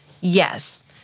Yes